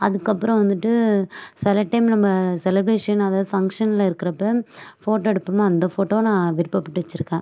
அதுக்கப்புறம் வந்துட்டு சில டைம் நம்ம செலப்ரேஷன் அதாவது ஃபங்க்ஷன்ல இருக்கிறப்ப ஃபோட்டோ எடுப்போம்மா அந்த ஃபோட்டோவை நான் விருப்பப்பட்டு வச்சிருக்கேன்